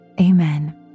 amen